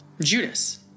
Judas